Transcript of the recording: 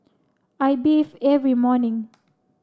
I bathe every morning